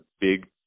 big